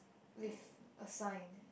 with a sign